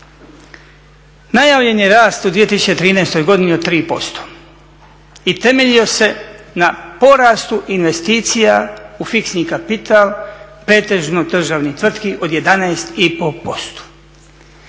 Najavljen je rast u 2013. godini od 3% i temeljio se na porastu investicija u fiksni kapital, pretežno državnih tvrtki od 11,5%.